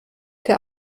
der